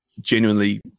genuinely